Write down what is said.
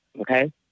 Okay